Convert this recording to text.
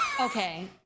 Okay